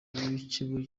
w’ikigo